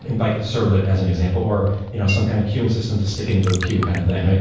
and like the servlet as an example, or you know some kind of queuing system to stick it into a queue kind of thing, right?